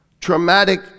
traumatic